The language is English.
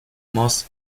moss